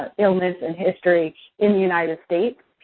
ah illness, and history in the united states.